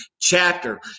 chapter